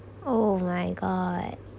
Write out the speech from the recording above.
oh my god